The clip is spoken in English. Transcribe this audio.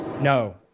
No